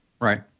Right